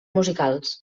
musicals